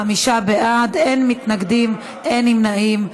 25 בעד, אין מתנגדים, אין נמנעים.